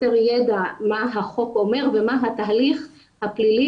חסר ידע מה החוק אומר ומה התהליך הפלילי